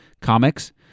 comics